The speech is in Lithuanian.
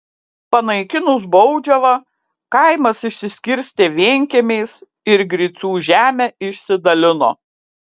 panaikinus baudžiavą kaimas išsiskirstė vienkiemiais ir gricių žemę išsidalino